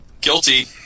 guilty